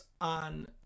on